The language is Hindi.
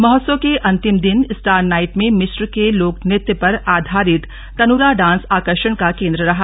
महोत्सव के अन्तिम दिन स्टार नाइट में मिस्र के लोक नृत्य पर आधारित तनुरा डान्स आकर्षक का केन्द्र रहा